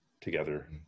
together